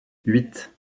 huit